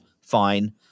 Fine